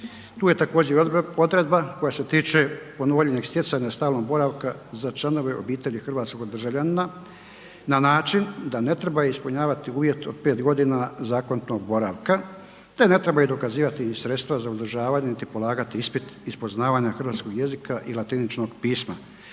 tu je također i odredba koja se tiče povoljnijeg stjecanja stalnog boravka za članove obitelji hrvatskog državljanina na način da ne treba ispunjavati uvjet od 5.g. zakonitog boravka, te ne treba i dokazivati i sredstva za uzdržavanje, niti polagati ispit iz poznavanja hrvatskog jezika i latiničnog pisma.